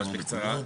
המשפטי.